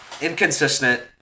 inconsistent